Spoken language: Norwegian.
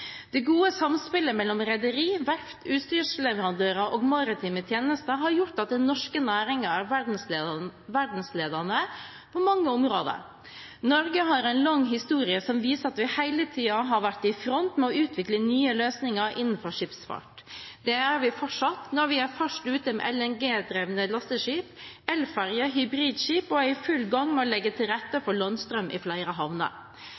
Det gode samspillet mellom rederi, verft, utstyrsleverandører og maritime tjenester har gjort at den norske næringen er verdensledende på mange områder. Norge har en lang historie som viser at vi hele tiden har vært i front med å utvikle nye løsninger innenfor skipsfart. Det er vi fortsatt når vi er først ute med LNG-drevne lasteskip, elferjer og hybridskip, og er i full gang med å legge til rette for landstrøm i flere havner.